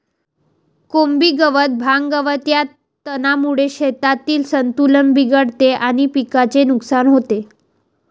कोबी गवत, भांग, गवत या तणांमुळे शेतातील संतुलन बिघडते आणि पिकाचे नुकसान होते